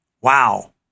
Wow